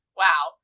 wow